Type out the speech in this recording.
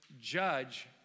judge